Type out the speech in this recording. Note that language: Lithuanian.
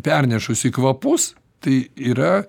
pernešusi kvapus tai yra